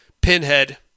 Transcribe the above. Pinhead